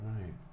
Right